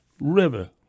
River